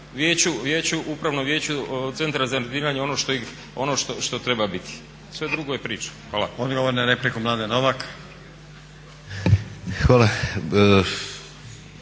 i dati Upravnom vijeću centra za razminiranje on što treba biti. Sve drugo je priča. Hvala.